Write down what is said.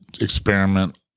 experiment